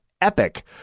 epic